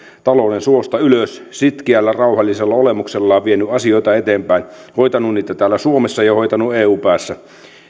talouden suosta ylös sitkeällä rauhallisella olemuksellaan vienyt asioita eteenpäin hoitanut niitä täällä suomessa ja hoitanut eu päässä